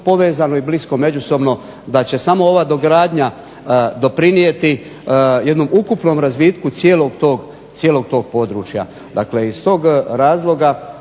povezano i blisko međusobno da će samo ova dogradnja doprinijeti jednom ukupnom razvitku cijelog tog područja. Dakle iz tog razloga,